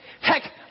Heck